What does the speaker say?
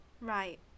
Right